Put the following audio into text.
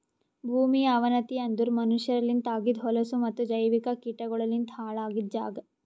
ಭೂಮಿಯ ಅವನತಿ ಅಂದುರ್ ಮನಷ್ಯರಲಿಂತ್ ಆಗಿದ್ ಹೊಲಸು ಮತ್ತ ಜೈವಿಕ ಕೀಟಗೊಳಲಿಂತ್ ಹಾಳ್ ಆಗಿದ್ ಜಾಗ್